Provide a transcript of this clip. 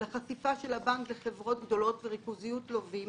החשיפה של הבנק לחברות גדולות וריכוזיות לווים